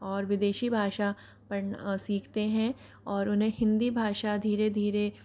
और विदेशी भाषा पढ़ना सीखते हैं और उन्हें हिंदी भाषा धीरे धीरे